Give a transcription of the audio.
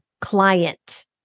client